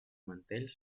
mantell